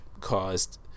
caused